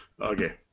Okay